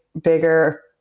bigger